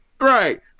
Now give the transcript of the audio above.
Right